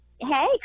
Hey